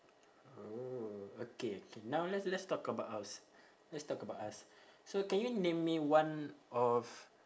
oh okay okay now let's let's talk about us let's talk about us so can you name me one of